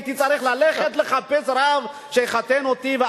הייתי צריך ללכת לחפש רב שיחתן אותי.